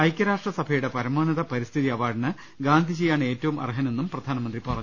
ഐക്യരാഷ്ട്രസഭയുടെ പരമോന്നത പരി സ്ഥിതി അവാർഡിന് ഗാന്ധിജിയാണ് ഏറ്റവും അർഹനെന്ന് പ്രധാനമന്ത്രി പറഞ്ഞു